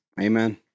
Amen